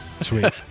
Sweet